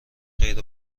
خیر